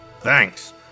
Thanks